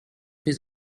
his